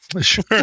Sure